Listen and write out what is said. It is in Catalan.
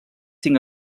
cinc